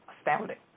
astounding